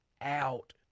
out